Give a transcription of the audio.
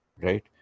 right